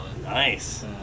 Nice